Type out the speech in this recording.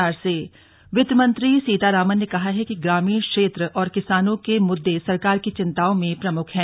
वित्त मंत्री वित्तमंत्री सीतारामन ने कहा है कि ग्रामीण क्षेत्र और किसानों के मुद्दे सरकार की चिंताओं में प्रमुख हैं